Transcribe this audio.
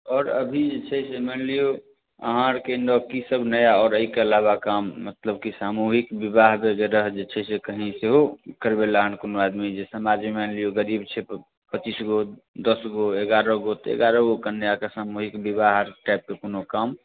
आओर अभी जे छै से मानि लियौ अहाँ आरके नव कीसभ नया आओर एहिके अलावा काम मतलब कि सामूहिक विवाह वगैरह जे छै से कहीँ सेहो करबै लए एहन कोनो आदमी जे समाज मानि लियौ जे गरीब छै पच्चीस गो दस गो एगारह गो तऽ ओ एगारह गो कन्याके सामूहिक विवाह टाइपके कोनो काम